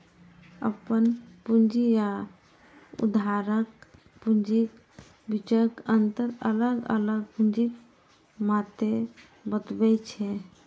अपन पूंजी आ उधारक पूंजीक बीचक अंतर अलग अलग पूंजीक मादे बतबै छै